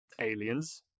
aliens